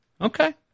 okay